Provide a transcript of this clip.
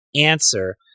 Answer